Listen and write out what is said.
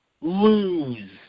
lose